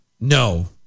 No